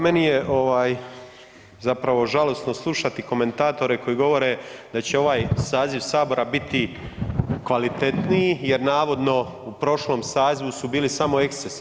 Meni je zapravo žalosno slušati komentatore koji govore da će ovaj saziv Sabora biti kvalitetniji jer navodno u prošlom sazivu su bili smo ekscesi.